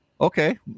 Okay